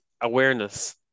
awareness